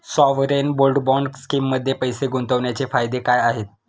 Sovereign gold bond स्कीममध्ये पैसे गुंतवण्याचे फायदे काय आहेत?